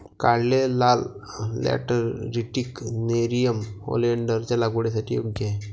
काढलेले लाल lateritic nerium ओलेन्डरच्या लागवडीसाठी योग्य आहे